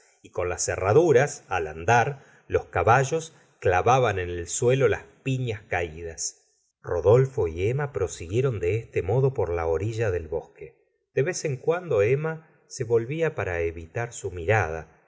y con las herraduras al andar los caballos clavaban en el suelo las piñas caídas rodolfo y emma prosiguieron de este modo por la orilla del bosque de vez en cuando emma se volvía para evitar su mirada